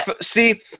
see